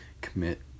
commit